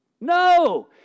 no